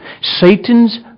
Satan's